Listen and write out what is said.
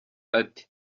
ati